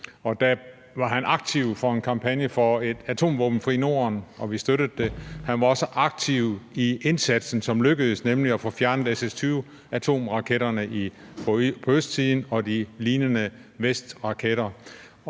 da var han aktiv for en kampagne for et atomvåbenfrit Norden, og vi støttede det. Han var også aktiv i indsatsen, som lykkedes, nemlig at få fjernet SS-20-atomraketterne på østsiden og de lignende vestraketter.